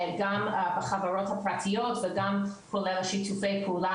גם בחברות הפרטיות וגם כל שיתופי הפעולה